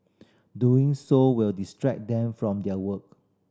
doing so will distract them from their work